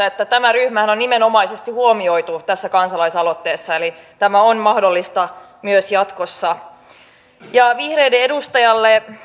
että tämä ryhmähän on nimenomaisesti huomioitu tässä kansalaisaloitteessa eli tämä on mahdollista myös jatkossa vihreiden edustajalle